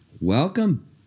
Welcome